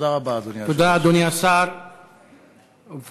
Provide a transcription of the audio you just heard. תודה רבה, אדוני היושב-ראש.